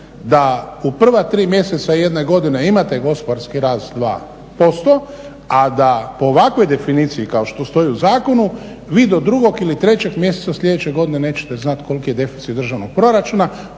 da u prva tri mjeseca jedne godine imate gospodarski rast 2%, a da po ovakvoj definiciji kao što stoji u zakonu vi do drugog ili trećeg mjeseca sljedeće godine nećete znati koliki je deficit državnog proračuna